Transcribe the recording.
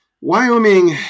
Wyoming